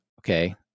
Okay